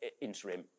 interim